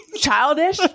Childish